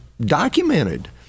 documented